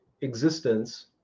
existence